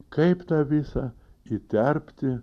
kaip tą visą įterpti